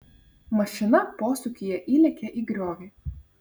mašina posūkyje įlėkė į griovį